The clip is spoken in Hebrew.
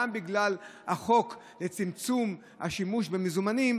גם בגלל החוק לצמצום השימוש במזומנים,